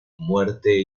muerte